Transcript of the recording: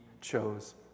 chose